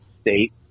state